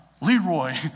Leroy